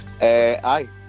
Aye